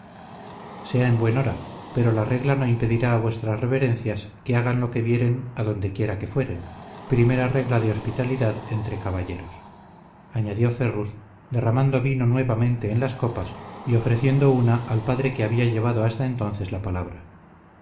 impide sea en buen hora pero la regla no impedirá a vuestras reverencias que hagan lo que vieren adonde quiera que fueren primera regla de hospitalidad entre caballeros añadió ferrus derramando vino nuevamente en las copas y ofreciendo una al padre que había llevado hasta entonces la palabra